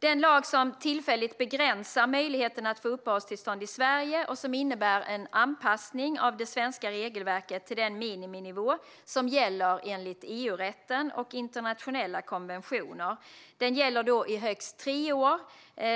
Den lag som tillfälligt begränsar möjligheten att få uppehållstillstånd i Sverige, och som innebär en anpassning av det svenska regelverket till den miniminivå som gäller enligt EU-rätten och internationella konventioner, gäller i högst tre år,